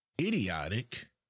idiotic